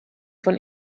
von